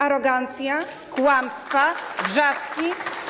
Arogancja, kłamstwa, wrzaski.